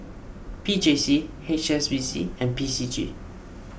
P J C H S B C and P C G